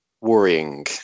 Worrying